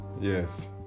Yes